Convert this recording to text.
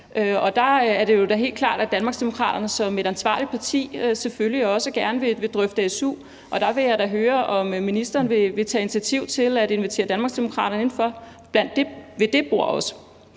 og der er det jo da helt klart, at Danmarksdemokraterne som et ansvarligt parti selvfølgelig også gerne vil drøfte su, og der vil jeg da høre, om ministeren vil tage initiativ til at invitere Danmarksdemokraterne indenfor og ind til det bord også.